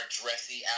dressy